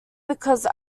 because